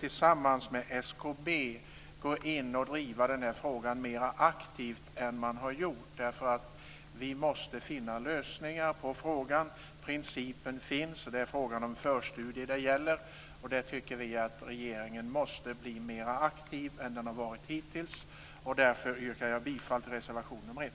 tillsammans med SKB måste gå in och driva den här frågan mer aktivt än man har gjort. Vi måste finna lösningar på frågan. Principen finns. Det är frågan om förstudier det gäller. Där tycker vi att regeringen måste bli mer aktiv än den har varit hittills. Därför yrkar jag bifall till reservation 1.